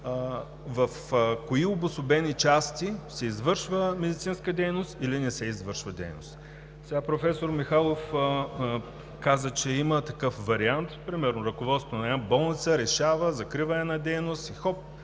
в кои обособени части се извършва медицинска дейност или не се извършва дейност. Професор Михайлов каза, че има такъв вариант – примерно ръководството на една болница решава закриване на дейност и хоп